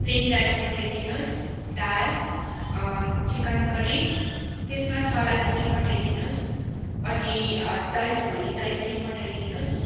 plain rice पठाइदिनुहोस् दाल chicken curry त्यस्मा सलाद पनि पठाइदिनुहोस् अनि दही छ भने केही पनि पठाइदिनुहोस्